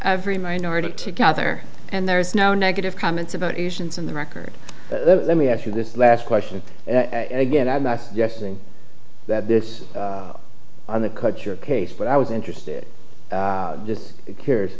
every minority to counter and there is no negative comments about asians in the record let me ask you this last question and again i'm not guessing that this is on the cut your case but i was interested to see cares